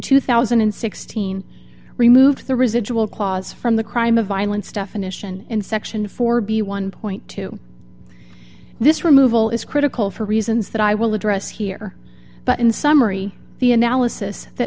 two thousand and sixteen removed the residual clause from the crime of violence definition in section four b one point too this removal is critical for reasons that i will address here but in summary the analysis that